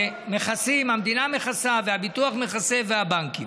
שמכסים, המדינה מכסה והביטוח מכסה, והבנקים.